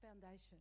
foundation